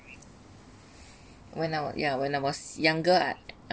when I wa~ yeah when I was younger I